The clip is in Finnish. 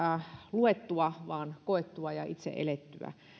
luettua vaan koettua ja itse elettyä